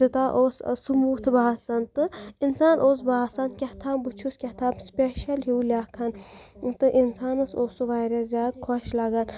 تیوٗتاہ اوس سموٗتھ باسان تہٕ اِنسان اوس باسان کیٛاہ تھام بہٕ چھُس کیٛاہ تھام سٕپیشَل ہیوٗ لیکھان تہٕ اِنسانَس اوس سُہ واریاہ زیادٕ خۄش لَگان